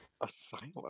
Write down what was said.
Asylum